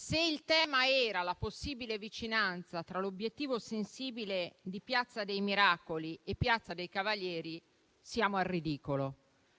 se il tema era la possibile vicinanza tra l'obiettivo sensibile di Piazza dei Miracoli e Piazza dei Cavalieri siamo al ridicolo,